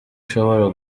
ishobora